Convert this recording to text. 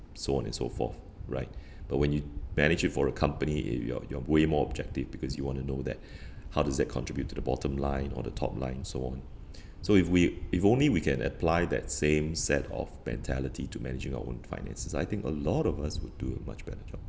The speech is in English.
so on and so forth right but when you manage it for a company if you're you're way more objective because you want to know that how does that contribute to the bottom line or the top line so on so if we if only we can apply that same set of mentality to managing our own finances I think a lot of us would do a much better job